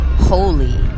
holy